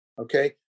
Okay